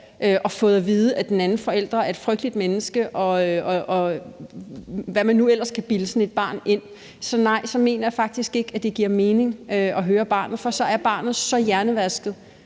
og fået at vide, at den anden forælder er et frygteligt menneske, og hvad man nu ellers kan bilde sådan et barn ind, så nej, så mener jeg faktisk ikke, at det giver mening at høre barnet. For så er barnet så hjernevasket